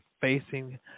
facing